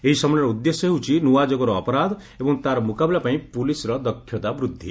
ଏହି ସମ୍ମିଳନୀର ଉଦ୍ଦେଶ୍ୟ ହେଉଛି ନ୍ଆଯୁଗର ଅପରାଧ ଏବଂ ତା'ର ମୁକାବିଲା ପାଇଁ ପୁଲିସ୍ର ଦକ୍ଷତା ବୃଦ୍ଧି